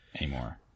anymore